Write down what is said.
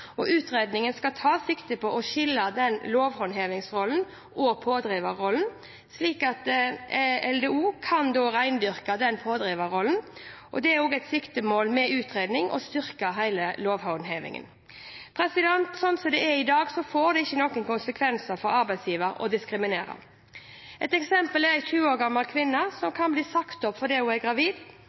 Utredningen skal ta sikte på å skille lovhåndheverrollen og pådriverrollen, slik at LDO kan rendyrke pådriverrollen. Det er også et siktemål med utredningen å styrke hele lovhåndhevingen. Slik det er i dag, får det ingen konsekvenser for arbeidsgiver å diskriminere. Et eksempel er en 20 år gammel kvinne som blir sagt opp fordi hun er gravid.